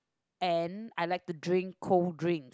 and I like to drink cold drink